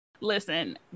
Listen